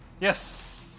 Yes